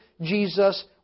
Jesus